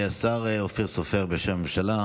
השר אופיר סופר, בשם הממשלה.